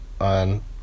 on